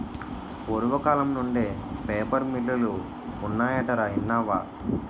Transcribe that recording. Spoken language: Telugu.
పూర్వకాలం నుండే పేపర్ మిల్లులు ఉన్నాయటరా ఇన్నావా